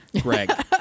Greg